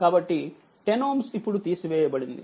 కాబట్టి 10Ωఇప్పుడుతీసివేయబడింది